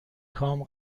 کام